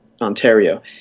Ontario